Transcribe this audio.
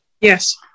Yes